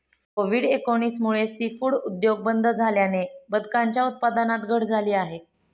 Covid एकोणीस मुळे seafood उद्योग बंद झाल्याने बदकांच्या उत्पादनात घट झाली आहे